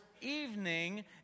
evening